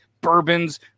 bourbons